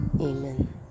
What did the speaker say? Amen